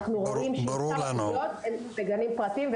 אנחנו רואים שעיקר הפגיעות הן בגנים פרטיים.